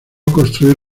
construir